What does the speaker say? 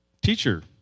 Teacher